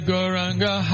Goranga